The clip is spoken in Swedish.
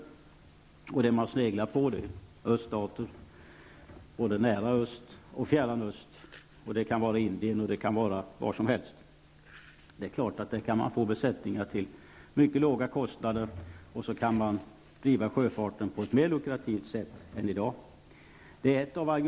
Det man sneglar på är öststater. Det kan vara både nära öst och fjärran öst, det kan vara Indien och vad som helst. Det är klart att där kan man få besättningar till mycket låga kostnader, och så kan man driva sjöfarten på ett mer lukrativt sätt än i dag.